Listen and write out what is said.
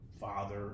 father